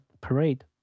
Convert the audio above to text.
Parade